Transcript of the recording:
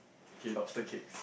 okay lobster cakes